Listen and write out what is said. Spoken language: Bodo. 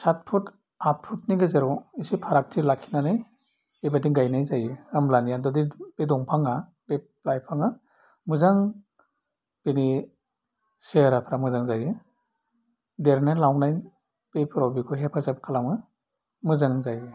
सात पुत आत पुतनि गेजेराव एसे फारागथि लाखिनानै बे बायदिनो गायनाय जायो होमब्लानिया बे दंफाङा बे लाइफाङा मोजां बिनि सेहेराफ्रा मोजां जायो देरनाय लावनाय बिफोराव बेबो हेफाजाब खालामो मोजां जायो